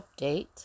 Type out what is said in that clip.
update